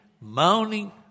moaning